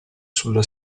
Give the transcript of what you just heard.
sulla